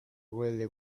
really